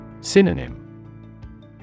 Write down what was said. Synonym